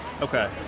Okay